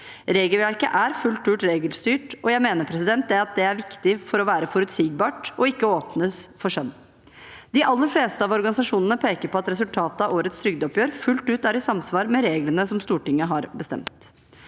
Regelverket er fullt ut regelstyrt, og jeg mener det er viktig for at det skal være forutsigbart, og for at det ikke skal åpnes for skjønn. De aller fleste organisasjonene peker på at resultatet av årets trygdeoppgjør fullt ut er i samsvar med reglene som Stortinget har bestemt.